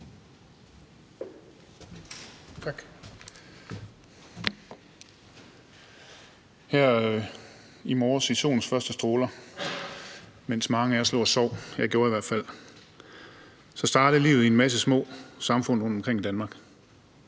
Her i morges i solens første stråler, mens mange af os lå og sov – jeg gjorde i hvert fald – startede livet i en masse små samfund rundtomkring i Danmark.